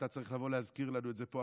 אתה צריך לבוא להזכיר לנו את זה פה.